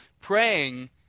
praying